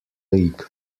league